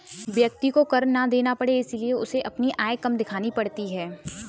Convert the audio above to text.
व्यक्ति को कर ना देना पड़े इसलिए उसे अपनी आय कम दिखानी पड़ती है